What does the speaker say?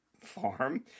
farm